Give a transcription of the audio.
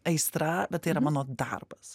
aistra bet tai yra mano darbas